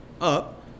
up